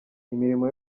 imirimo